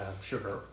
sugar